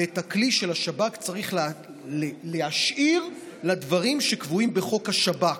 ואת הכלי של השב"כ צריך להשאיר לדברים שקבועים בחוק השב"כ.